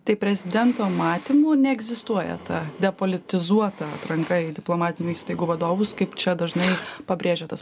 tai prezidento matymu neegzistuoja ta depolitizuota atranka į diplomatinių įstaigų vadovus kaip čia dažnai pabrėžia tas